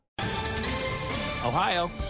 Ohio